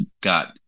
got